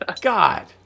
god